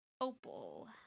Opal